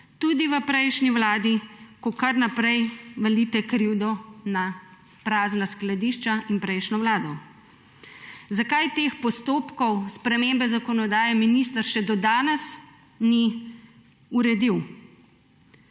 Tudi v prejšnji vladi, ko kar naprej valite krivdo na prazna skladišča in prejšnjo vlado. Zakaj teh postopkov spremembe zakonodaje minister še do danes ni uredi?